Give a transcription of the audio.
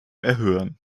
erhöhen